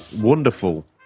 wonderful